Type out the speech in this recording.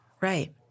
right